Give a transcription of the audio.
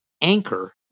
anchor